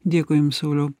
dėkui jums sauliau